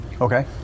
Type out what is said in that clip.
Okay